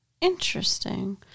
Interesting